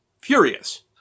furious